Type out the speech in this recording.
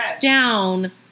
down